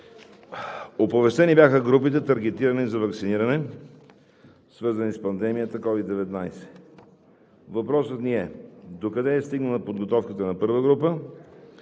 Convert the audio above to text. Оповестени бяха групите, таргетирани за ваксиниране, свързани с пандемията COVID-19. Въпросът ми е: докъде е стигнала подготовката на първа група?